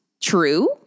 true